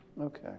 okay